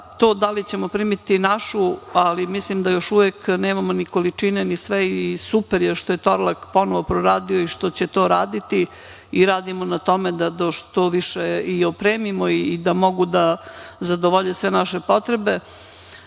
To da li ćemo primiti našu, ali mislim da još uvek nemamo ni količine, i super je što je Torlak ponovo proradio i što će to raditi i radimo na tome da što više opremimo i da mogu da zadovolje sve naše potrebe. Treba